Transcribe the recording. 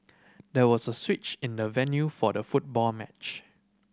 there was a switch in the venue for the football match